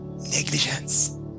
Negligence